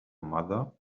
mother